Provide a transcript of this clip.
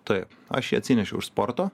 taip aš jį atsinešiau iš sporto